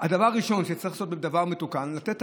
הדבר הראשון שצריך לעשות בדבר מתוקן זה לתת את